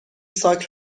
ساک